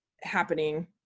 happening